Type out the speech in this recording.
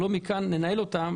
לא מכאן ננהל אותם.